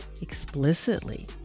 explicitly